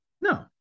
No